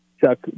Chuck